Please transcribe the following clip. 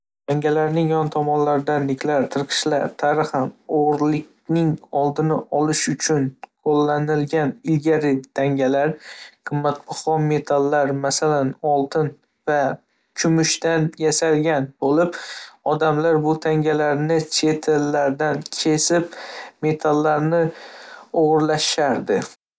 Tangalarning yon tomonlarida niklar, tirqishlar, tarixan o'g'irlikning oldini olish uchun qo'llanilgan. Ilgari tangalar qimmatbaho metallar, masalan, oltin va kumushdan yasalgan bo'lib, odamlar bu tangalarni chetlarini kesib, metalni o'g'irlashardi.